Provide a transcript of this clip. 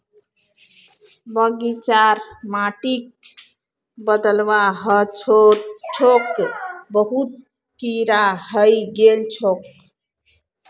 बगीचार माटिक बदलवा ह तोक बहुत कीरा हइ गेल छोक